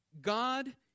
God